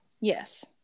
Yes